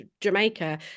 Jamaica